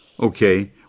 Okay